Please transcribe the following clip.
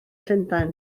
llundain